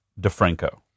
DeFranco